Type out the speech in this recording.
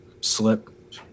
slip